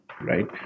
right